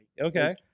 Okay